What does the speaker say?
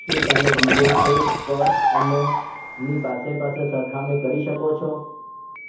શું તમે વિજય સેલ્સ પર અને ની પાસે પાસે સરખામણી કરી શકો છો